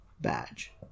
badge